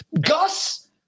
Gus